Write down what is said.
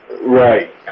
Right